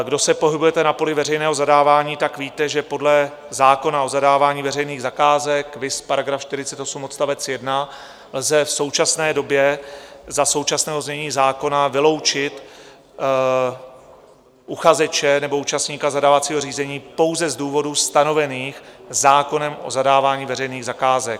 Kdo se pohybujete na poli veřejného zadávání, víte, že podle zákona o zadávání veřejných zakázek, viz § 48 odst. 1, lze v současné době za současného znění zákona vyloučit uchazeče nebo účastníka zadávacího řízení pouze z důvodů stanovených zákonem o zadávání veřejných zakázek.